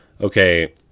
okay